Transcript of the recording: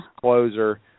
closer